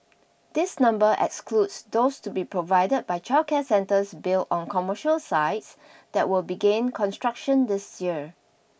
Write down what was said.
this number excludes those to be provided by childcare centres built on commercial sites that will begin construction this year